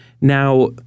Now